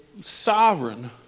sovereign